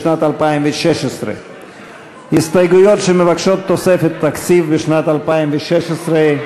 לשנת 2016. הסתייגויות שמבקשות תוספת תקציב לשנת 2016,